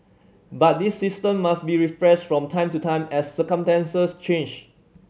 but this system must be refreshed from time to time as circumstances change